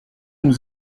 nous